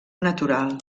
natural